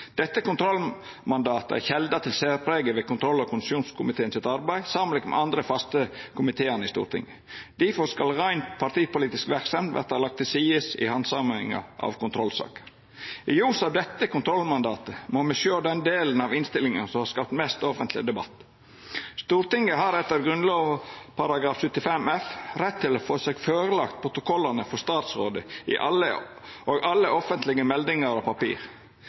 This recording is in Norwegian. Dette kontrollmandatet er kjelda til særpreget ved kontroll- og konstitusjonskomiteen sitt arbeid samanlikna med dei andre faste komiteane i Stortinget. Difor skal rein partipolitisk verksemd verta lagde til sides ved handsaming av kontrollsaker. I ljos av dette kontrollmandatet må me sjå den delen av innstillinga som har skapt mest offentleg debatt. Stortinget har etter Grunnlova § 75 f rett til å få seg førelagt protokollane frå statsråd og alle offentlege meldingar og papir.